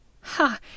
Ha